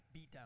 beatdown